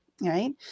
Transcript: right